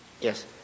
Yes